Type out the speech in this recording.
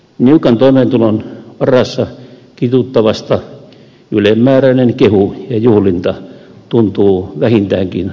niukan toimeentulon varassa kituuttavasta ylenmääräinen kehu ja juhlinta tuntuvat vähintäänkin makaaberilta